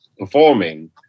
performing